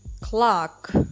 clock